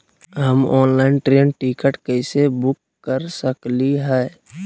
हम online train ticket कैसे book कर सकली हई?